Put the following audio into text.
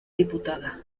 diputada